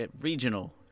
regional